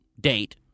date